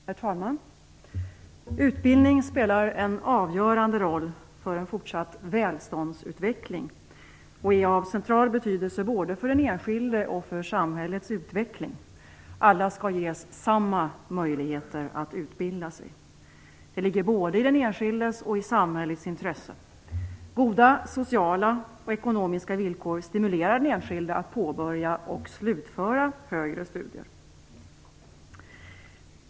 Herr talman! Utbildning spelar en avgörande roll för en fortsatt välståndsutveckling. Den är av central betydelse både för den enskilde och för samhällets utveckling. Alla skall ges lika möjligheter att utbilda sig. Det ligger både i den enskildes och i samhällets intresse. Goda sociala och ekonomiska villkor stimulerar den enskilde att påbörja och slutföra högre studier.